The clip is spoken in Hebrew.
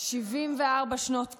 ב-74 שנות קיומה,